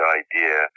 idea